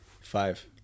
Five